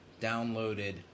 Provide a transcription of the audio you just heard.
downloaded